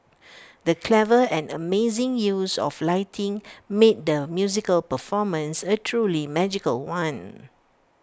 the clever and amazing use of lighting made the musical performance A truly magical one